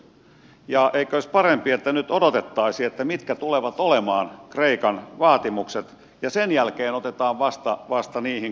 eikö olisi parempi että nyt odotettaisiin mitkä tulevat olemaan kreikan vaatimukset ja vasta sen jälkeen otetaan niihin kantaa